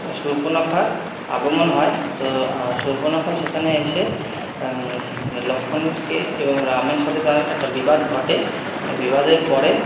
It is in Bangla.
শূর্পণখার আগমন হয় তো শূর্পণখা সেখানে এসে লক্ষ্মণকে এবং রামের সাথে তার একটা বিবাদ ঘটে বিবাদের পরে